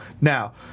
Now